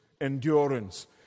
endurance